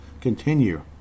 continue